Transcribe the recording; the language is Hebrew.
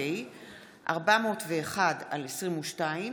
למניעת העישון במקומות ציבוריים והחשיפה לעישון